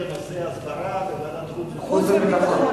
ועדת החינוך.